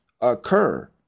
occur